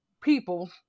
people